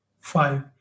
five